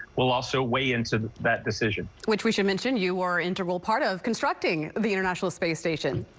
will also weigh into that decision which we should mention you are integral part of constructing the international space station.